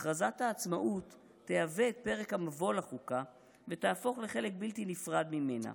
הכרזת העצמאות תהווה את פרק המבוא לחוקה ותהפוך לחלק בלתי נפרד ממנה.